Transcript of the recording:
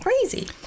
crazy